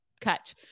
catch